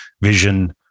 vision